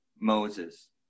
Moses